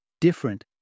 different